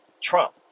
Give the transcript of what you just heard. Trump